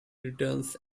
returns